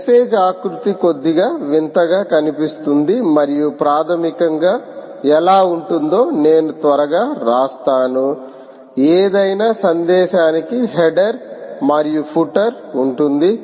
message ఆకృతి కొద్దిగా వింతగా కనిపిస్తుంది మరియు ప్రాథమికంగా ఎలా ఉంటుందో నేను త్వరగా రాస్తాను ఏదైనా సందేశానికి హెడర్ మరియు ఫుటరు ఉంటుంది